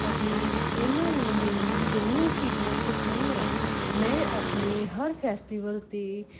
ਅਤੇ ਉਹਨਾਂ ਨੇ ਮੈਨੂੰ ਦੋਨੇ ਚੀਜ਼ਾਂ ਸਿਖਾਈਆਂ ਮੈਂ ਆਪਣੇ ਹਰ ਫੈਸਟੀਵਲ 'ਤੇ